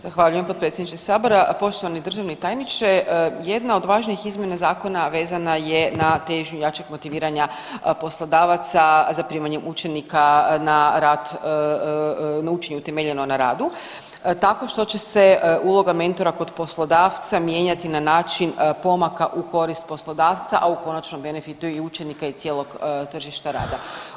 Zahvaljujem potpredsjedniče Sabora, poštovani državni tajniče, jedna od važnijih izmjena zakona vezana je na težnju jačeg motiviranja poslodavaca za primanje učenika na rad, na učenje temeljeno na radu tako što će se uloga mentora kod poslodavca mijenjati na način pomaka u korist poslodavca, a u konačnom benefitu i učenika i cijelog tržišta rada.